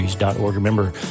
Remember